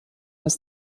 ist